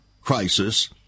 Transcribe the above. crisis